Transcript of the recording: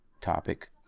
topic